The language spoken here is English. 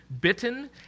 bitten